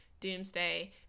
Doomsday